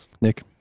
Nick